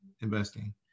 investing